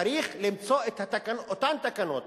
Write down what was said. צריך למצוא את אותן תקנות